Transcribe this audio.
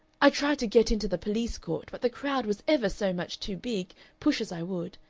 i tried to get into the police-court, but the crowd was ever so much too big, push as i would.